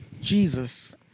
Jesus